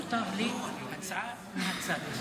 אני כועס ועצוב.